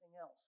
else